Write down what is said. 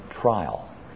trial